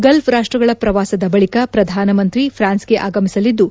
Gulf ರಾಷ್ಷಗಳ ಶ್ರವಾಸದ ಬಳಿಕ ಶ್ರಧಾನಮಂತ್ರಿ ಪ್ರಾನ್ಗೆಗೆ ಆಗಮಿಸಲಿದ್ಲು